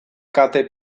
kate